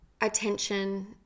attention